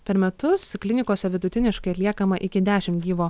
per metus klinikose vidutiniškai atliekama iki dešim gyvo